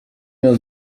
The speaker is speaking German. mehr